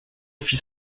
fit